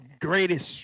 greatest